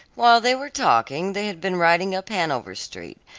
while they were talking they had been riding up hanover street,